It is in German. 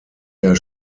der